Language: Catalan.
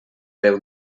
déu